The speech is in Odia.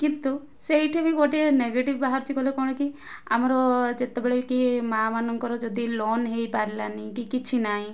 କିନ୍ତୁ ସେଇଠି ବି ଗୋଟିଏ ନେଗେଟିଭ୍ ବାହାରୁଛି କହିଲ କଣ କି ଆମର ଯେତେବେଳେ କି ମା' ମାନଙ୍କର ଯଦି ଲୋନ୍ ହୋଇପାରିଲାନାହିଁ କି କିଛି ନାହିଁ